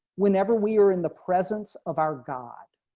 whenever we are in the presence of our god.